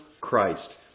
Christ